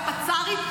והפצ"רית,